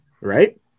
right